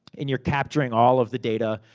and you're capturing all of the data,